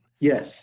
Yes